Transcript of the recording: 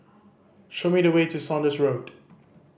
show me the way to Saunders Road